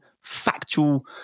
factual